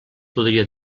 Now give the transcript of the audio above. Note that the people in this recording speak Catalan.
podria